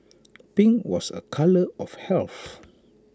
pink was A colour of health